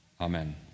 Amen